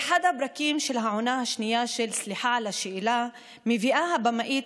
באחד הפרקים של העונה השנייה של "סליחה על השאלה" מביאה הבמאית